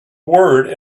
word